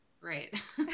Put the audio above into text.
Right